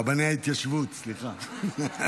רבני ההתיישבות, סליחה.